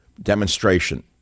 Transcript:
demonstration